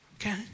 Okay